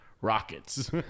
Rockets